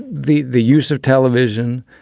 the the use of television,